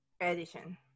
edition